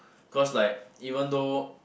cause like even though